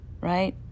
right